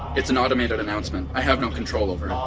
it's an automated announcement. i have no control over ah